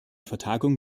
vertagung